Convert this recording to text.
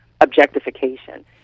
objectification